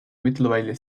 mittlerweile